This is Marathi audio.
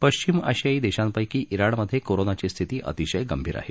पश्चिम आशियाई देशांपैकी ज्ञाणमधे कोरोनाची स्थिती अतिशय गंभीर आहे